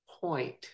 point